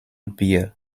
beer